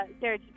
Sarah